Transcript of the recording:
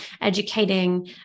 educating